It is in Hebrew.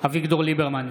אביגדור ליברמן,